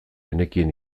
genekien